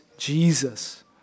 Jesus